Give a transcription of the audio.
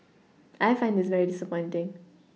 I find this very disappointing